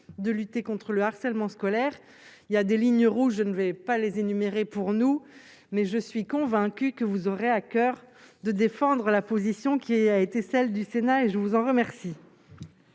de lutter contre le harcèlement scolaire il y a des lignes rouges, je ne vais pas les énumérer : pour nous, mais je suis convaincu que vous aurez à coeur de défendre la position qui est a été celle du Sénat et je vous en remercie.